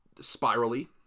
spirally